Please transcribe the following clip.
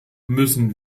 müssen